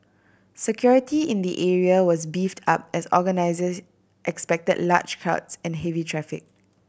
security in the area was beefed up as organisers expected large crowds and heavy traffic